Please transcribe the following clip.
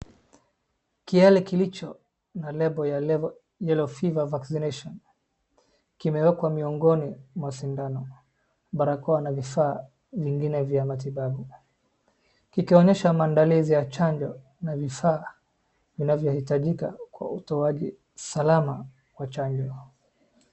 Kiale kilicho na lebo ya yellow fever vaccination kimewekwa miongoni mwa sindano, barakoa na vifaa vingine vya matibabu. ikionesha maandalizi ya chanjo na vifaa vinavyo hitajika kwa utoaji salama wa chanjo.